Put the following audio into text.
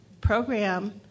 program